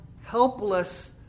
helpless